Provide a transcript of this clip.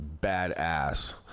badass